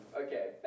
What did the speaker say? Okay